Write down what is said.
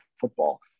football